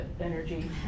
energy